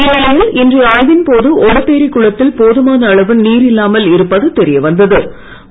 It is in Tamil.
இந்நிலையில் இன்றைய ஆய்வின் போது ஓடப்பேரி குளத்தில் போதுமான அளவு நீர் இல்லாமல் இருப்பது தெரிய வந்த்து